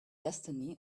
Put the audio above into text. destiny